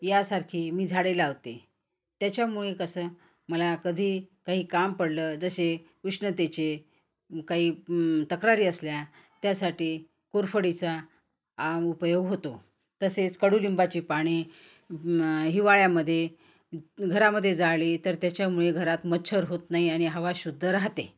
यासारखी मी झाडे लावते त्याच्यामुळे कसं मला कधी काही काम पडलं जसे उष्णतेचे काही तक्रारी असल्या त्यासाठी कोरफडीचा उपयोग होतो तसेच कडुलिंबाची पाने हिवाळ्यामध्ये घरामध्ये झाली तर त्याच्यामुळे घरात मच्छर होत नाही आणि हवा शुद्ध राहते